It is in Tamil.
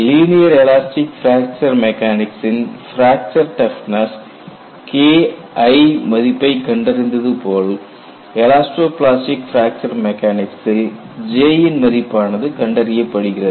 லீனியர் எலாஸ்டிக் பிராக்சர் மெக்கானிக்சின் பிராக்சர் டப்னஸ் Ki மதிப்பை கண்டறிந்தது போல் எலாஸ்டோ பிளாஸ்டிக் பிராக்சர் மெக்கானிக்சில் J ன் மதிப்பானது கண்டறியப்படுகிறது